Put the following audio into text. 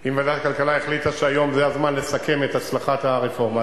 אם ועדת הכלכלה החליטה שהיום זה הזמן לסכם את הצלחת הרפורמה,